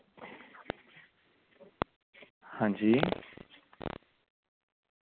हां जी